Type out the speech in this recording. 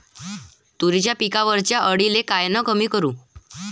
तुरीच्या पिकावरच्या अळीले कायनं कमी करू?